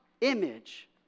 image